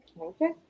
Okay